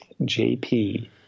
JP